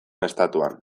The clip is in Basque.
estatuan